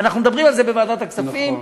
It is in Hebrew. אנחנו מדברים על זה בוועדת הכספים.